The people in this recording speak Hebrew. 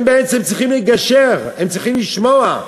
הם בעצם צריכים לגשר, הם צריכים לשמוע,